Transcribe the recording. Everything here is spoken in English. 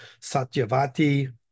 Satyavati